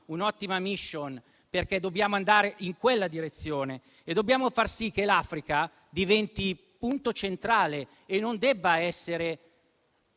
un'ottima *mission*, perché dobbiamo andare in quella direzione e dobbiamo far sì che l'Africa diventi punto centrale e non sia ancora